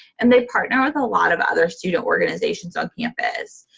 and they partner with a lot of other student organizations on campus.